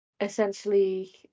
essentially